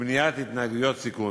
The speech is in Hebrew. ומניעת התנהגויות סיכון.